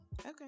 Okay